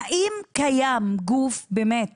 האם קיים גוף באמת